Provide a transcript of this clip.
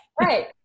Right